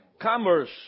commerce